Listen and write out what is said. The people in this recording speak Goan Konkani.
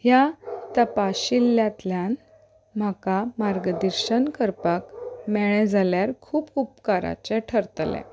ह्या तपाशिल्ल्यांतल्यान म्हाका मार्गदर्शन करपाक मेळ्ळें जाल्यार खूब उपकाराचें ठरतलें